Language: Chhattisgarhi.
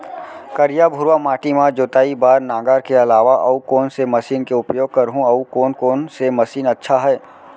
करिया, भुरवा माटी म जोताई बार नांगर के अलावा अऊ कोन से मशीन के उपयोग करहुं अऊ कोन कोन से मशीन अच्छा है?